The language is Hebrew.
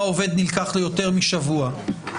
אם לוקחים אדם ליומיים-שלושה בשבוע של הבחירות,